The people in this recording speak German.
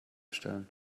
stellen